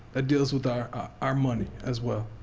that deals with our our money, as well.